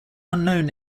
unknown